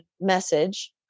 message